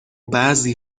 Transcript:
بعضی